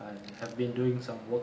I have been doing some work